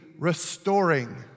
Restoring